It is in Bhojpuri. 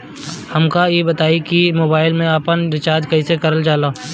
हमका ई बताई कि मोबाईल में आपन रिचार्ज कईसे करल जाला?